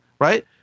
right